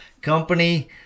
company